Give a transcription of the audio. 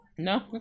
No